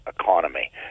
economy